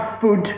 food